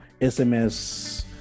sms